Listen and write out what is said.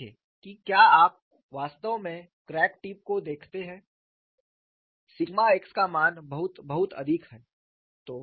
देखें कि क्या आप वास्तव में क्रैक टिप को देखते हैं सिग्मा x का मान बहुत बहुत अधिक है